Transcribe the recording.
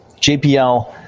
JPL